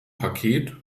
paket